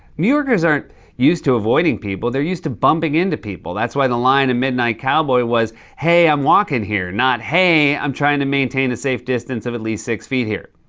new yorkers aren't used to avoiding people. they're used to bumping into people. that's why the line in midnight cowboy was, hey, i'm walking here! not, hey, i'm trying to maintain a safe distance of at least six feet here!